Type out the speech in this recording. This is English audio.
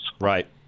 Right